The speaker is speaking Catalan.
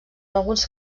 alguns